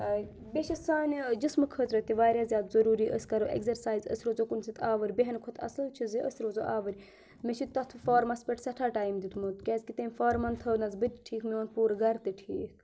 بیٚیہِ چھِ سانہِ جِسمہٕ خٲطرٕ تہِ واریاہ زیادٕ ضروٗری أسۍ کَرو اٮ۪گزَرسایز أسۍ روزو کُنہِ سۭتۍ آوُر بیٚہنہٕ کھۄتہٕ اَصٕل چھِ زِ أسۍ روزو آوٕرۍ مےٚ چھِ تَتھ فارمَس پٮ۪ٹھ سٮ۪ٹھاہ ٹایم دیُٚتمُت کیازِکہ تٔمۍ فارمَن تھٔونَس بہٕ تہِ ٹھیٖک میون پوٗرٕ گَرٕ تہِ ٹھیٖک